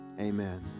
Amen